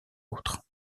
autres